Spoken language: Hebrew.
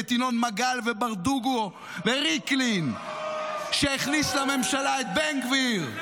את ינון מגל וברדוגו וריקלין ------- שהכניס לממשלה את בן גביר,